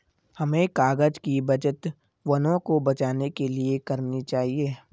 हमें कागज़ की बचत वनों को बचाने के लिए करनी चाहिए